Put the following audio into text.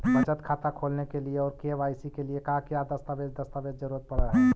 बचत खाता खोलने के लिए और के.वाई.सी के लिए का क्या दस्तावेज़ दस्तावेज़ का जरूरत पड़ हैं?